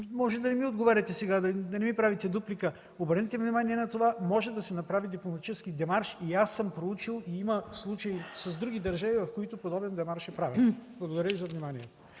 може да не ми отговаряте сега, да не ми правите дуплика, обърнете внимание на това. Може да се направи дипломатически демарш, аз съм проучил, има случаи с други държави, в които подобен демарш е правен. Защото искам